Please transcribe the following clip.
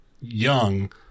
young –